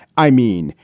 i mean,